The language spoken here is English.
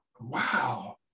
wow